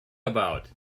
about